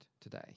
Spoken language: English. today